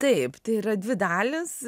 taip tai yra dvi dalys